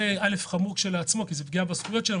זה חמור כי מדובר בפגיעה בזכויות שלהם.